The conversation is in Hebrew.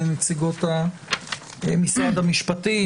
לנציגות משרד המשפטים,